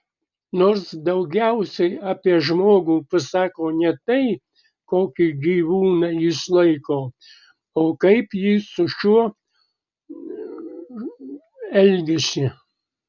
nors daugiausiai apie žmogų pasako ne tai kokį gyvūną jis laiko o kaip jis su šiuo elgiasi